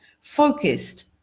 focused